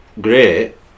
great